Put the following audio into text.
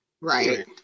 Right